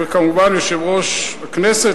וכמובן יושב-ראש הכנסת,